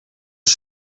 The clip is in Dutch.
een